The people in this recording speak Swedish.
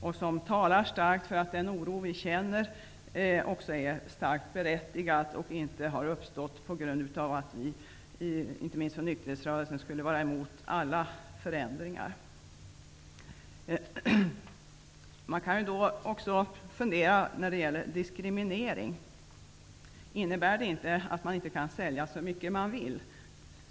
Den talar starkt för att den oro vi känner är mycket berättigad och inte har uppstått på grund av att vi, inte minst vi från nykterhetsrörelsen, skulle vara emot alla förändringar. Man kan också fundera över diskrimineringen. Den innebär att man inte får sälja så mycket man vill.